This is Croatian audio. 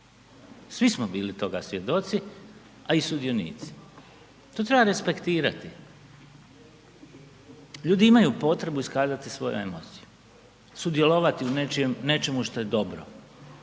svi smo bili toga svjedoci, a i sudionici, to treba respektirati, ljudi imaju potrebu iskazati svoje emocije, sudjelovati u nečemu što je dobro